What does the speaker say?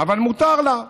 אבל מותר לה.